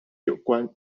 有关